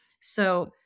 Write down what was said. So-